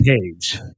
page